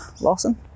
Lawson